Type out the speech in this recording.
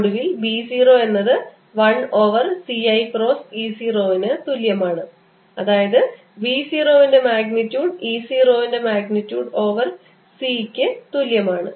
ഒടുവിൽ B 0 എന്നത് 1 over c i cross E 0 ന് തുല്യമാണ് അതായത് B 0 ൻറെ മാഗ്നിറ്റ്യൂഡ് E 0 ൻറെ മാഗ്നിറ്റ്യൂഡ് ഓവർ C ക്ക് തുല്യമാണ്